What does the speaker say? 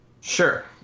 Sure